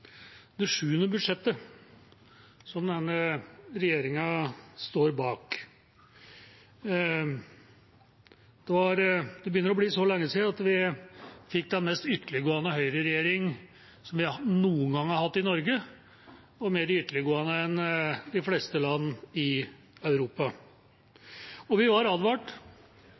det sjuende budsjettet som denne regjeringa står bak. Så lenge siden er det vi fikk den mest ytterliggående høyreregjering vi noen gang har hatt i Norge, og mer ytterliggående enn de fleste land i Europa. Og vi var advart: